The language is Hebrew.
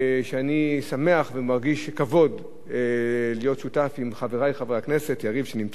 אני שמח ומרגיש כבוד להיות שותף לחברי חבר הכנסת יריב שנמצא פה,